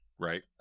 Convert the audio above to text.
right